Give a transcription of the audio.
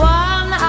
one